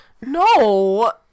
No